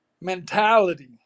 mentality